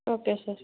okay sir